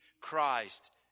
Christ